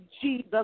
Jesus